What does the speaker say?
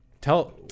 tell